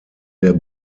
der